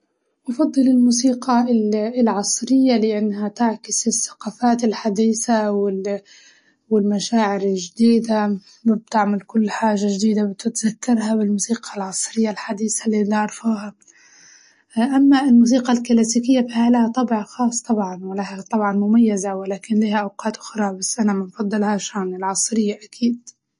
أفضل الموسيقى ال- العصرية لأنها تعكس الثقافات الحديثة وال- والمشاعر الجديدة وبتعمل كل حاجة جديدة وبتزكرها بالموسيقى العصرية الحديثة اللي نعرفوها، أما الموسيقى الكلاسيكية فهي لها طبع خاص طبعاً ولها طبعاً مميزة ولكن ليها أوقات أخرى بس أنا ما بفضلهاش عن العصرية أكيد.